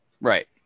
Right